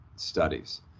Studies